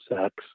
sex